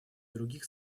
других